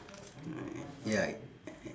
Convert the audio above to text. ya